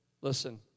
listen